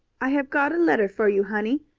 i have got a letter for you, honey,